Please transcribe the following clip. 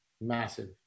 massive